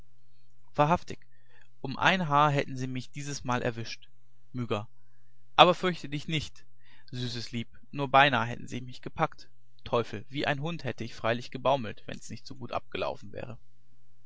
wahrhaftig um ein haar so hätten sie mich diesmal erwischt myga aber fürchte dich nicht süßes lieb nur beinahe hätten sie mich gepackt teufel wie ein hund hätt ich freilich gebaumelt wenn's nicht so gut abgelaufen wär